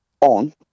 on